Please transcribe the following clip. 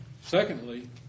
Secondly